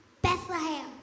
Bethlehem